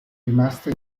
rimaste